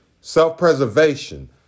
Self-preservation